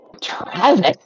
Travis